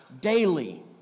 daily